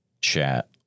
chat